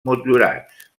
motllurats